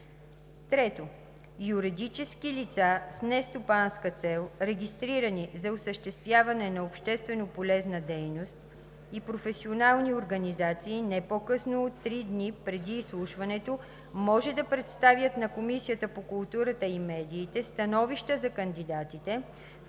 3. Юридически лица с нестопанска цел, регистрирани за осъществяване на общественополезна дейност, и професионални организации не по-късно от три дни преди изслушването може да представят на Комисията по културата и медиите становища за кандидатите,